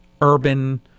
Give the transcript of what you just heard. urban